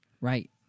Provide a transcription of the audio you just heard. Right